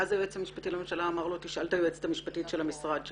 ואז היועץ המשפטי לממשלה אמר לו: תשאל את היועצת המשפטית של המשרד שלך?